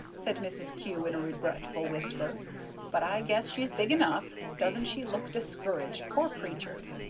said mrs. kew, in a regretful whisper but i guess she's big enough doesn't she look discouraged, poor creatur'?